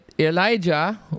Elijah